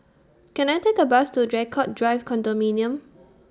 Can I Take A Bus to Draycott Drive Car Drive Condominium